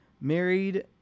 married